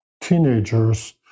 teenagers